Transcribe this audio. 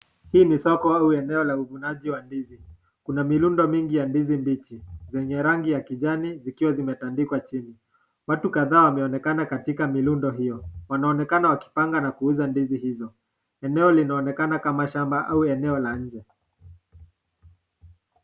Hii ni soko au eneo la uvunaji wa ndizi. Kuna mirundo mingi ya ndizi mbichi zenye rangi ya kijani zikiwa zimetandikwa chini. Watu kadhaa wameonekana katika mirundo hiyo. Wanaonekana wakipanga na kuuza ndizi hizo. Eneo linaonekana kama shamba au eneo la nje.